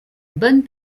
bonne